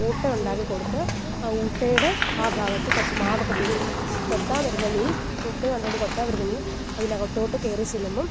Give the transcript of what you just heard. ഊട്ടയുണ്ടാക്കിക്കൊടുത്ത് ആ ഊട്ടയുടെ ആ ഭാഗത്ത് കുറച്ച് മാവൊക്കെ തേച്ചിട്ടുവേണം അപ്പോൾ കൊത്താൻ വരുന്ന മീൻ ഫുഡ് കണ്ടുകൊണ്ട് കൊത്താൻവരുന്ന മീൻ അതിനകത്തോട്ട് കയറിചെല്ലുമ്പോൾ